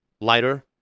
lighter